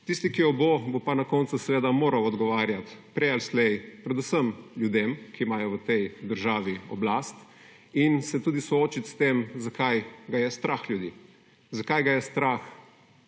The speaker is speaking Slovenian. Tisti, ki jo bo, bo pa na koncu seveda moral odgovarjati, prej ali slej, predvsem ljudem, ki imajo v tej državi oblast, in se tudi soočiti s tem, zakaj ga je strah ljudi. Zakaj ga je strah